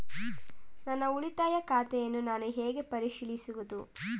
ನನ್ನ ಉಳಿತಾಯ ಖಾತೆಯನ್ನು ನಾನು ಹೇಗೆ ಪರಿಶೀಲಿಸುವುದು?